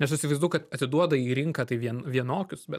nes įsivaizuoju kad atiduoda į rinką tai vien vienokius bet